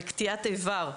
קטיעת איבר.